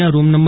ના રૂમ નં